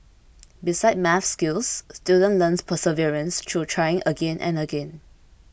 besides maths skills students learn perseverance through trying again and again